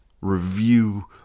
review